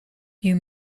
you